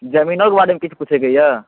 जमीनोके बारेमे किछु पूछेके यऽ